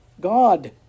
God